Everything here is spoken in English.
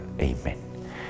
Amen